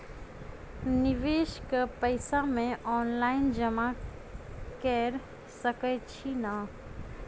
निवेश केँ पैसा मे ऑनलाइन जमा कैर सकै छी नै?